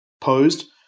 posed